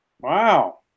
Wow